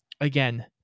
Again